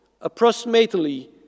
approximately